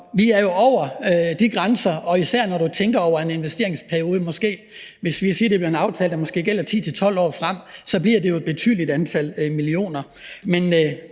vi er jo over de grænser, og især når det er i forhold til en investeringsperiode, når det måske bliver aftalt, og som gælder 10-12 år frem. Så bliver det jo et betydeligt antal millioner,